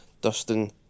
Dustin